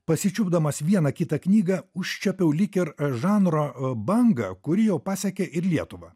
pasičiupdamas vieną kitą knygą užčiuopiau lyg ir žanro bangą kuri jau pasiekė ir lietuvą